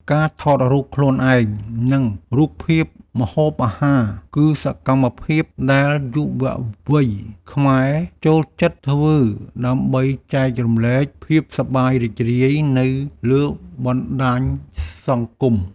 ការថតរូបខ្លួនឯង និងរូបភាពម្ហូបអាហារ គឺសកម្មភាពដែលយុវវ័យខ្មែរចូលចិត្តធ្វើដើម្បីចែករំលែកភាពសប្បាយរីករាយនៅលើបណ្តាញសង្គម។